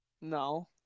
No